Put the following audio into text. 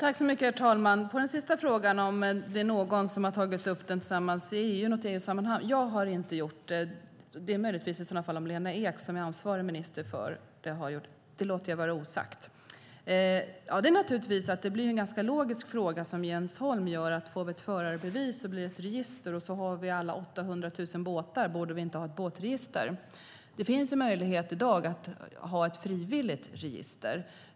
Herr talman! På den sista frågan, om det är någon som har tagit upp detta i EU-sammanhang, är svaret att jag inte har gjort det. Möjligtvis kan den ansvariga ministern Lena Ek ha gjort det, men det låter jag vara osagt. Jens Holms fråga är naturligtvis ganska logisk. Om vi får ett förarbevis blir det ett register, och så har vi alla 800 000 båtar, borde vi då inte ha ett båtregister? Det finns möjlighet i dag att ha ett frivilligt register.